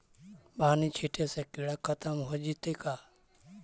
बानि छिटे से किड़ा खत्म हो जितै का?